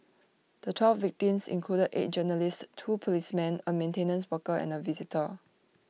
the twelve victims included eight journalists two policemen A maintenance worker and A visitor